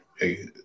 Hey